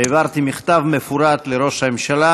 העברתי מכתב מפורט לראש הממשלה,